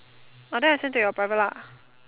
ah then I send to your private lah